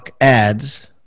ads